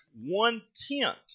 one-tenth